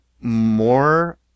more